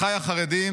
אחיי החרדים,